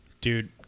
Dude